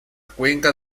cuenca